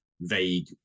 vague